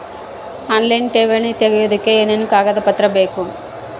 Online ಠೇವಣಿ ತೆಗಿಯೋದಕ್ಕೆ ಏನೇನು ಕಾಗದಪತ್ರ ಬೇಕು?